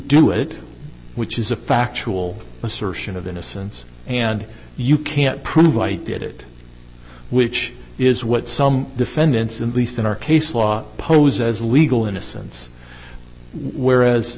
do it which is a factual assertion of innocence and you can't prove i did it which is what some defendants in least in our case law pose as legal innocence whereas